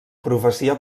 profecia